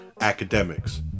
academics